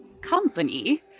company